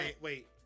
Wait